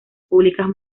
públicas